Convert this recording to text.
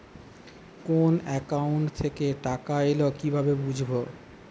কোন একাউন্ট থেকে টাকা এল কিভাবে বুঝব?